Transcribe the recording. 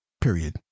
period